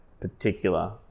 particular